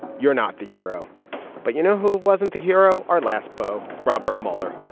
you're not the hero but you know who wasn't the hero. our last beau robert mueller.